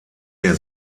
der